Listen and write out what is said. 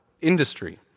industry